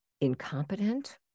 incompetent